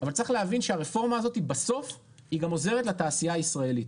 אבל צריך להבין שהרפורמה הזאת בסוף היא גם עוזרת לתעשייה הישראלית,